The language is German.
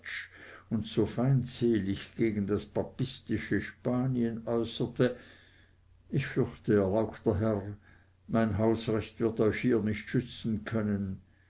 und so feindselig gegen das papistische spanien äußerte ich fürchte erlauchter herr mein hausrecht wird euch hier nicht schützen können